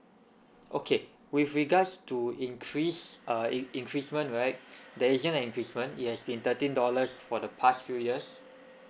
okay with regards to increase uh in~ increment right there is an increment it has been thirteen dollars for the past few years